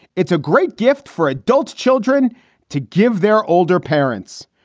it's a great gift for adults, children to give their older parents.